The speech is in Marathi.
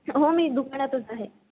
हो मी दुकानातच आहे